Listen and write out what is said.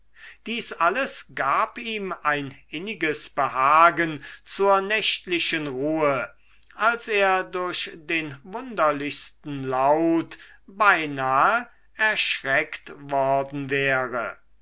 dies alles gab ihm ein inniges behagen zur nächtlichen ruhe als er durch den wunderlichsten laut beinahe erschreckt worden wäre